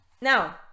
now